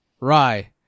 Rye